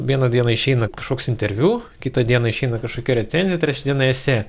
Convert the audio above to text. vieną dieną išeina kažkoks interviu kitą dieną išeina kažkokia recenzija trečią dieną esė